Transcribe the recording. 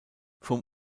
vom